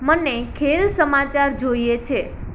મને ખેલ સમાચાર જોઈએ છે